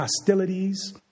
hostilities